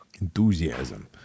Enthusiasm